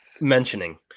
mentioning